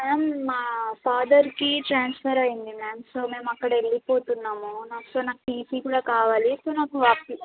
ma'am మా ఫాదర్కి transfer అయ్యింది మ్యామ్ సో మేము అక్కడ వెళ్ళిపోతున్నాము నా సో నాకు టీసీ కూడా కావాలి సో నాకు